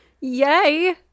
yay